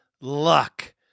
luck